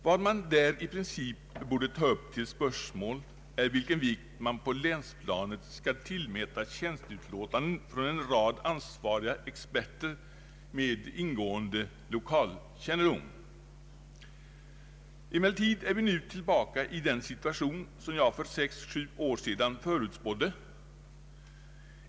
Vad man där i princip borde ta upp till diskussion är vilken vikt man på länsplanet skall tillmäta tjänsteutlåtanden från en rad ansvariga experter med ingående lokalkännedom. Emellertid är vi nu tillbaka i den situation som jag för sex å sju år sedan förutspådde.